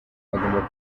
agomba